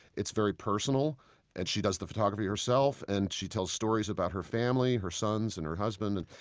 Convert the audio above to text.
it's very personal and she does the photography herself, and she tells stories about her family, her sons and her husband and